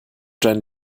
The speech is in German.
dein